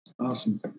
Awesome